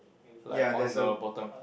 like on the bottom